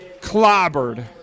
clobbered